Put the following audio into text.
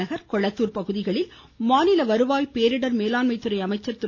நகர் கொளத்தூர் பகுதிகளில் மாநில வருவாய் மற்றும் பேரிடர் மேலாண்மை துறை அமைச்சர் திரு